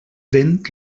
vent